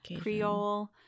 Creole